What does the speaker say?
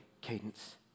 Cadence